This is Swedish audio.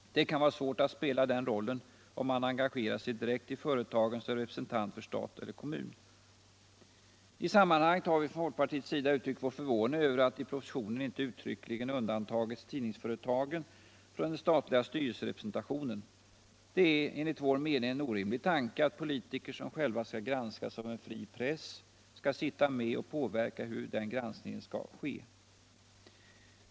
Det kan vara svårt att spela den rollen om man engagerar sig direkt i företagen som representant för stat eller kommun. I sammanhanget har vi från folkpartiets sida uttryckt vår förvåning över att i propositionen inte uttryckligen undantagits tidningsföretagen från den statliga styrelserepresentationen. Det är enligt vår mening en orimlig tanke att politiker, som själva skall granskas av en fri press, skall sitta med och påverka hur den granskningen skall ske.